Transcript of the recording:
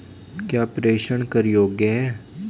क्या प्रेषण कर योग्य हैं?